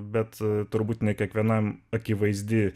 bet turbūt ne kiekvienam akivaizdi